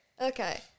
Okay